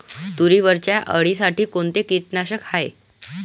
तुरीवरच्या अळीसाठी कोनतं कीटकनाशक हाये?